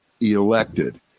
elected